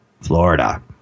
Florida